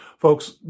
Folks